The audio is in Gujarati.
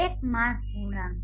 એર માસ ગુણાંક